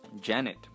Janet